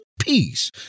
peace